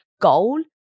goal